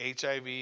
HIV